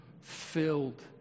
filled